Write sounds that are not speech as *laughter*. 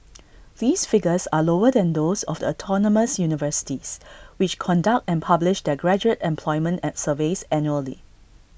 *noise* these figures are lower than those of the autonomous universities which conduct and publish their graduate and employment and surveys annually